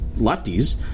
lefties